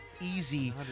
easy